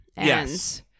Yes